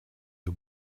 you